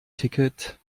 ticket